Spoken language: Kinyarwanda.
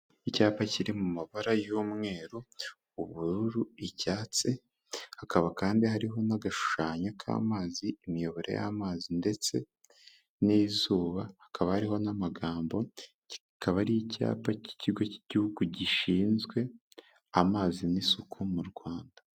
Icyapa kiri mu mabara y'umweru, ubururu, icyatsi hakaba kandi hariho n'agashushanyo k'amazi, imiyoboro y'amazi ndetse n'izuba hakaba ariho n'amagambo, kikaba ari icyapa cy'ikigo cy'Igihugu gishinzwe amazi n'Isuku mu Rwanda.